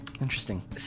interesting